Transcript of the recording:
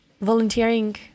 volunteering